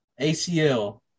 ACL